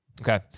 Okay